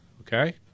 okay